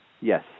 Yes